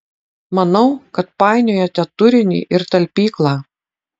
manau kad painiojate turinį ir talpyklą